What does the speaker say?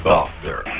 Doctor